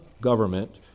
government